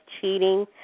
cheating